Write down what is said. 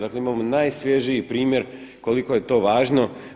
Dakle, imamo najsvježiji primjer koliko je to važno.